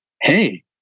hey